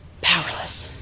powerless